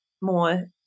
more